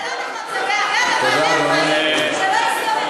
זה לא נכון, זו דאגה לבעלי-החיים שלא יסתובבו.